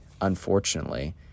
unfortunately